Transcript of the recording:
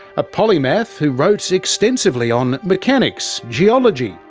a polymath who wrote extensively on mechanics, geology,